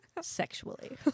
sexually